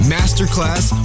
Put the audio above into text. Masterclass